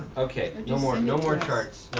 okay. no more, no more charts.